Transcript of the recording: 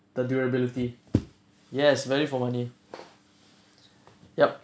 the durability yes value for money yup